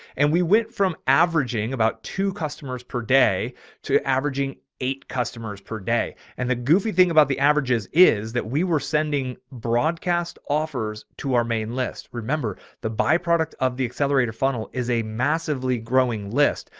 and we went from averaging about two customers per day to averaging. eight customers per day. and the goofy thing about the averages is that we were sending broadcast offers to our main list. remember, the byproduct of the accelerator funnel is a massively growing list.